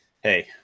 hey